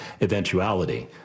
eventuality